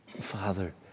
Father